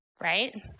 right